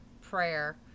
prayer